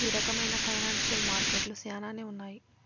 ఈ రకమైన ఫైనాన్సియల్ మార్కెట్లు శ్యానానే ఉన్నాయి